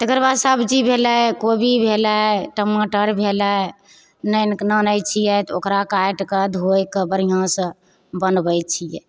तेकरबाद सबजी भेलै कोबी भेलै टमाटर भेलै आनिकऽ आनैत छियै ओकरा काटिकऽ धोइकऽ बढ़िआँसँ बनबैत छियै